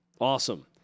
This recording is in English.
awesome